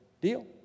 Deal